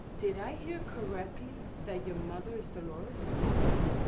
did i hear correctly that your mother is dolores? yes.